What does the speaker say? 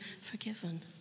forgiven